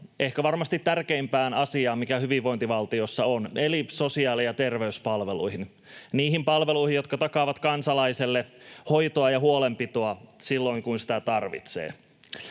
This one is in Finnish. ehkä varmasti tärkeimpään asiaan, mikä hyvinvointivaltiossa on, eli sosiaali- ja terveyspalveluihin, niihin palveluihin, jotka takaavat kansalaiselle hoitoa ja huolenpitoa silloin kun sitä tarvitsee.